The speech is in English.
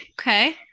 Okay